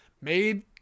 made